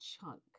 chunk